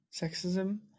sexism